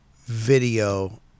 video